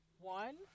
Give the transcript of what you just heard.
one